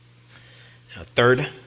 Third